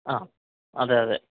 അഹ് അതെ അതെ